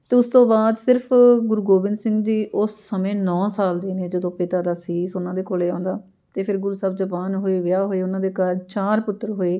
ਅਤੇ ਉਸ ਤੋਂ ਬਾਅਦ ਸਿਰਫ ਗੁਰੂ ਗੋਬਿੰਦ ਸਿੰਘ ਜੀ ਉਸ ਸਮੇਂ ਨੌ ਸਾਲ ਦੇ ਨੇ ਜਦੋਂ ਪਿਤਾ ਦਾ ਸੀਸ ਉਹਨਾਂ ਦੇ ਕੋਲ ਆਉਂਦਾ ਅਤੇ ਫਿਰ ਗੁਰੂ ਸਾਹਿਬ ਜਵਾਨ ਹੋਏ ਵਿਆਹ ਹੋਏ ਉਹਨਾਂ ਦੇ ਘਰ ਚਾਰ ਪੁੱਤਰ ਹੋਏ